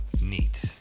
Neat